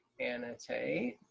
annotate,